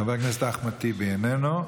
חבר הכנסת אחמד טיבי, איננו.